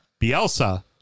Bielsa